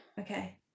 Okay